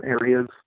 areas